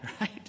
right